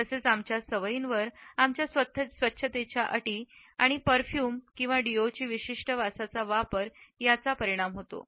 तसेच आमच्या सवयीवर आमच्या स्वच्छतेच्या अटी आणि परफ्यूम किंवा डीईओच्या विशिष्ट वासाचा वापर त्याचा परिणाम होतो